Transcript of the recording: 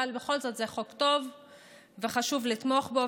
אבל בכל זאת זה חוק טוב וחשוב לתמוך בו,